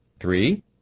Three